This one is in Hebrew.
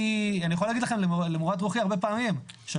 אני יכול להגיד לכם שלמורת רוחי הרבה פעמים לא